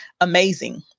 amazing